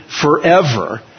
forever